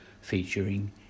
featuring